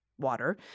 water